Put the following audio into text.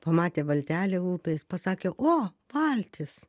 pamatė valtelę upėj jis pasakė o valtis